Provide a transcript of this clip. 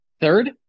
third